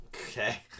Okay